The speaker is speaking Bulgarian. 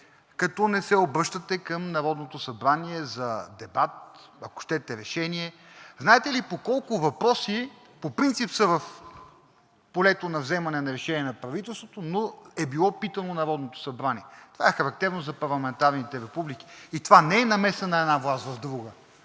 като не се обръщате към Народното събрание за дебат, ако щете, за решение. Знаете ли по колко въпроси, които по принцип са в полето на вземане на решение на правителството, е било питано Народното събрание?! Това е характерно за парламентарните републики и не е намеса на една власт в друга.